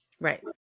Right